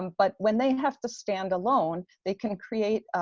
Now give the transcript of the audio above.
um but when they have to stand alone, they can create